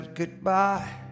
goodbye